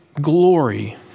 glory